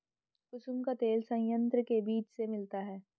कुसुम का तेल संयंत्र के बीज से मिलता है